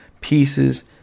pieces